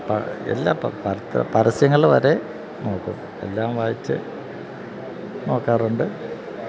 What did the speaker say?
എല്ലാം പരസ്യങ്ങള് വരെ നോക്കും എല്ലാം വായിച്ച് നോക്കാറുണ്ട്